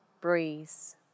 breeze